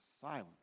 silent